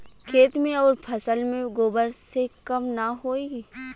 खेत मे अउर फसल मे गोबर से कम ना होई?